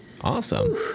Awesome